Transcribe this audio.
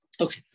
Okay